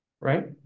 Right